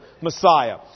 Messiah